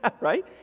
right